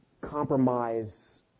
compromise